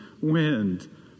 wind